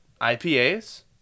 IPAs